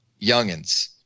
youngins